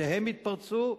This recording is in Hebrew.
כשהם יתפרצו,